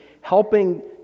helping